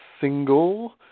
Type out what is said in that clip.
single